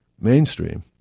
mainstream